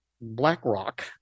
BlackRock